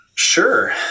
Sure